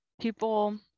people